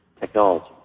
technology